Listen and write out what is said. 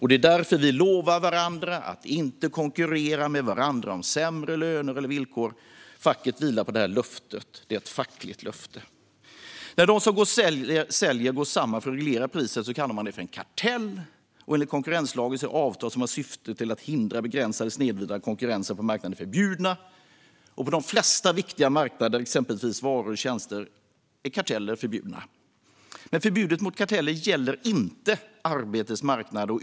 Det är därför vi lovar varandra att inte konkurrera med varandra om sämre löner eller villkor. Facket vilar på det här löftet. Det är ett fackligt löfte. När de som säljer går samman för att reglera priset kallar man det för en kartell. Enligt konkurrenslagen är avtal som har till syfte att hindra, begränsa eller snedvrida konkurrensen på marknaden förbjudna. På de flesta viktiga marknader, exempelvis gällande varor och tjänster, är karteller förbjudna. Men förbudet mot karteller gäller inte arbetets marknad.